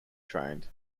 trained